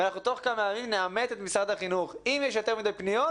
אנחנו תוך כמה ימים נעמת את משרד החינוך: אם יש יותר מדי פניות,